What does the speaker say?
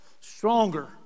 stronger